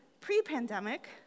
pre-pandemic